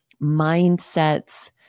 mindsets